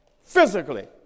physically